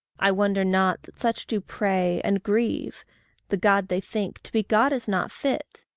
i wonder not that such do pray and grieve the god they think, to be god is not fit.